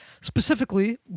Specifically